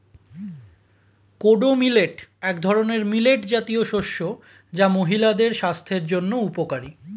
kodo millet এক ধরনের millet জাতীয় শস্য যা মহিলাদের স্বাস্থ্যের জন্য উপকারী